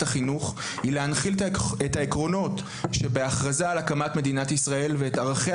החינוך היא להנחיל את העקרונות שבהכרזה על הקמת מדינת ישראל ואת ערכיה